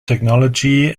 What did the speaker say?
technology